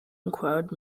inquired